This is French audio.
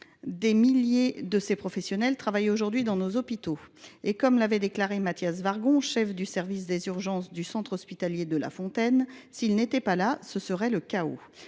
Des milliers de ces professionnels travaillent aujourd’hui dans nos hôpitaux. Comme l’avait déclaré Mathias Wargon, chef de service des urgences du centre hospitalier Delafontaine, « s’ils n’étaient pas là, ce serait le chaos